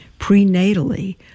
prenatally